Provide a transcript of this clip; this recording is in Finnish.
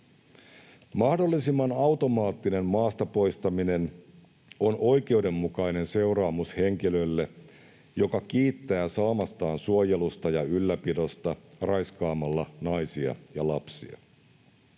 Mahdollisimman automaattinen maasta poistaminen on oikeudenmukainen seuraamus henkilölle, joka kiittää saamastaan suojelusta ja ylläpidosta raiskaamalla naisia ja lapsia,